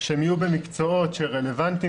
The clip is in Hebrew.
שהם יהיו במקצועות שהם רלוונטיים,